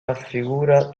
raffigura